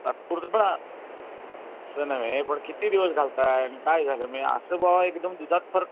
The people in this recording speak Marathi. तात्पुरतं पण तसं नव्हे पण किती दिवस घालताय आणि काय झालं मी असं बाबा एकदम दुधात फरक